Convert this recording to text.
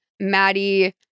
maddie